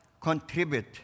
contribute